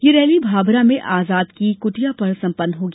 यह रैली भाभरा में आजाद की कुटिया पर संपन्न होगी